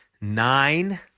nine